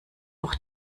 auch